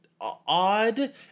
odd